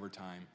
overtime